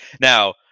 Now